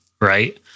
right